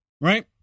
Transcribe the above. Right